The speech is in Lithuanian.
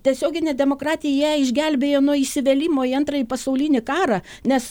tiesioginė demokratija ją išgelbėjo nuo įsivėlimo į antrąjį pasaulinį karą nes